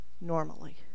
normally